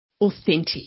authentic